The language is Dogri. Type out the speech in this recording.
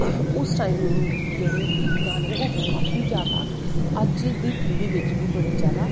उस टाईम गाने ओह् काफी जादा अज्ज दी पीढ़ी बिच्ची बी ओह् काफी जादा